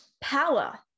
power